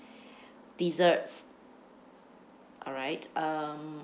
desserts alright um